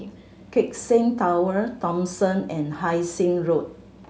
Keck Seng Tower Thomson and Hai Sing Road